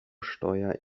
steuer